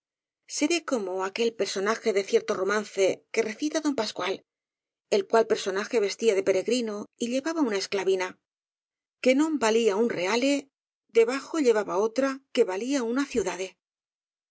descubra seré como aquel per sonaje de cierto romance que recita don pascual el cual personaje vestía de peregrino y llevaba una esclavina que non valía un reale debajo llevaba otra que valía una ciudade